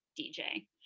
DJ